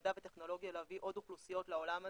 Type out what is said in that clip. במדע וטכנולוגיה, להביא עוד אוכלוסיות לעולם הזה,